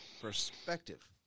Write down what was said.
perspective